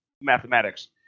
mathematics